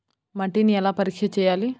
మట్టిని ఎలా పరీక్ష చేయాలి?